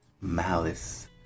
malice